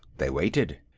they waited.